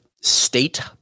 state